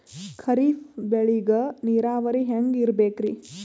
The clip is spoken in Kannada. ಖರೀಫ್ ಬೇಳಿಗ ನೀರಾವರಿ ಹ್ಯಾಂಗ್ ಇರ್ಬೇಕರಿ?